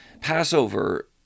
Passover